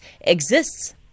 exists